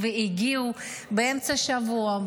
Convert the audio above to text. והגיעו באמצע השבוע,